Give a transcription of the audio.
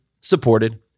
supported